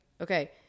okay